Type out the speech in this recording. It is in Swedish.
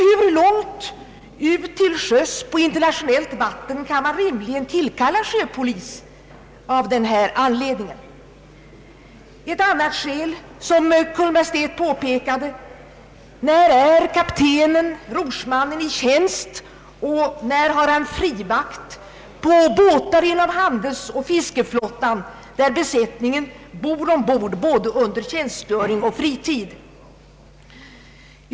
Hur långt till sjöss på internationellt vatten kan man rimligen tillkalla sjöpolis av denna anledning? Ett annat skäl som Kungl. Maj:t påpekade: När är kaptenen/rorsmannen i tjänst och när har han frivakt på båtar inom handelsoch fiskeflottan där besättningen bor ombord både under tjänstgöring och fritid?